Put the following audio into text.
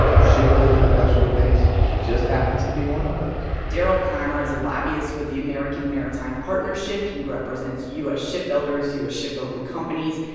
shipbuilding industrial base just happens to be one of those darrell conner is a lobbyist with the american maritime partnership. he represents u s. shipbuilders, u s. shipbuilding companies.